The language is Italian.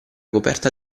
coperta